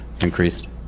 increased